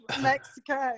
Mexico